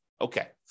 okay